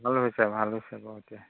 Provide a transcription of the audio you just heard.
ভাল হৈছে ভাল হৈছে ভাল হৈছে